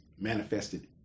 manifested